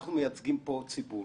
אנחנו מייצגים פה ציבור.